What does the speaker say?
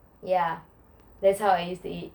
ya that's how I used to eat